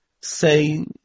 say